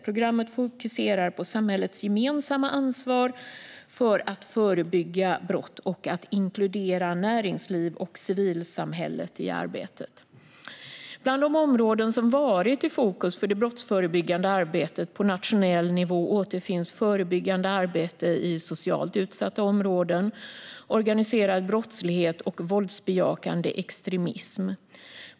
Programmet fokuserar på samhällets gemensamma ansvar för att förebygga brott och att inkludera näringsliv och civilsamhälle i arbetet. Bland de områden som varit i fokus för det brottsförebyggande arbetet på nationell nivå återfinns förebyggande arbete i socialt utsatta områden, organiserad brottslighet och våldsbejakande extremism.